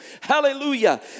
Hallelujah